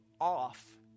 off